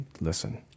listen